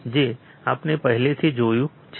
જે આપણે પહેલેથી જોયું છે